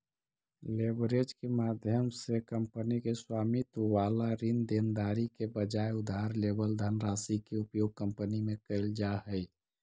leverage के माध्यम से कंपनी के स्वामित्व वाला ऋण देनदारी के बजाय उधार लेवल धनराशि के उपयोग कंपनी में कैल जा हई